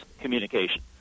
communication